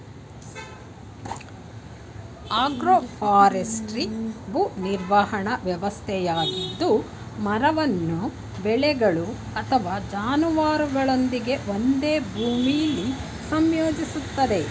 agroforestry ಭೂ ನಿರ್ವಹಣಾ ವ್ಯವಸ್ಥೆಯಾಗಿದ್ದು ಮರವನ್ನು ಬೆಳೆಗಳು ಅಥವಾ ಜಾನುವಾರುಗಳೊಂದಿಗೆ ಒಂದೇ ಭೂಮಿಲಿ ಸಂಯೋಜಿಸ್ತದೆ